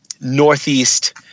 Northeast-